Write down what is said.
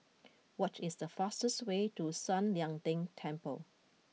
what is the fastest way to San Lian Deng Temple